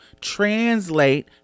translate